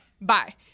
Bye